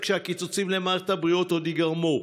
שהקיצוצים למערכת הבריאות עוד יגרמו,